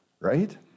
Right